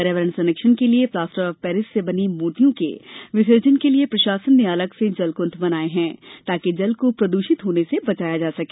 पर्यावरण संरक्षण के लिए प्लास्टर ऑफ पेरिस से बनी मूर्तियों के विसर्जन के लिए प्रशासन ने अलग से जलकुंड बनवाये हैं ताकि जल को प्रदूषित होने से बचाया जा सके